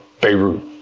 Beirut